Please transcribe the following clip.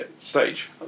stage